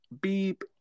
beep